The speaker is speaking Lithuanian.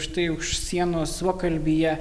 štai už sienos suokalbyje